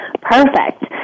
Perfect